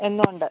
എന്നു ഉണ്ട്